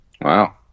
Wow